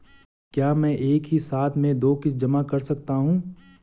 क्या मैं एक ही साथ में दो किश्त जमा कर सकता हूँ?